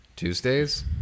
Tuesdays